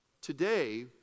Today